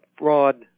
broad